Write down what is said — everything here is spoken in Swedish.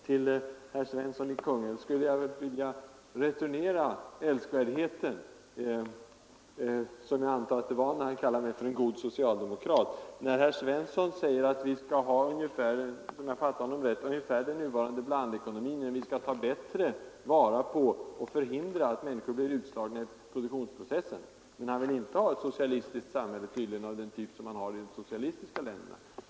Jag skulle vilja returnera herr Svenssons i Kungälv älskvärdhet — jag antar att det var en sådan då han kallade mig för en god socialdemokrat. Om jag fattade herr Svensson rätt, säger han att vi skall ha ungefär den nuvarande blandekonomin men ta bättre vara på och förhindra att människor inte blir utslagna ur produktionsprocessen. Han vill tydligen inte ha ett samhälle av den typ man har i de socialistiska länderna.